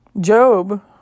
Job